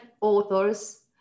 authors